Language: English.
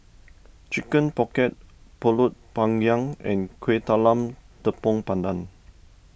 Chicken Pocket Pulut Panggang and Kueh Talam Tepong Pandan